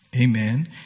Amen